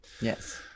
Yes